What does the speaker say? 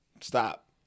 Stop